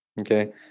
Okay